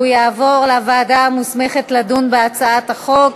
והוא יעבור לוועדה המוסמכת לדון בהצעת החוק,